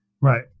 Right